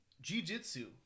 Jiu-Jitsu